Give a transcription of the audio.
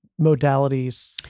modalities